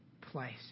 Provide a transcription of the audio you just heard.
place